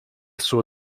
suo